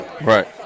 Right